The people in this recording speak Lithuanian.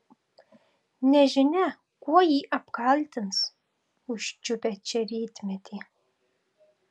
nežinia kuo jį apkaltins užčiupę čia rytmetį